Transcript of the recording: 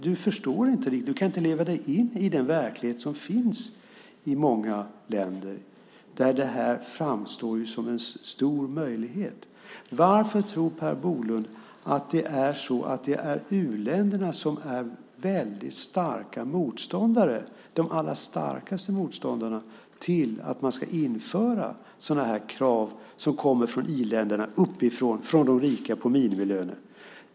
Du förstår inte och kan inte leva dig in i den verklighet som finns i många länder där detta framstår som en möjlighet. Varför tror Per Bolund att det är u-länderna som är de starkaste motståndarna mot att införa krav från i-länderna, ställda av de rika, om minimilöner?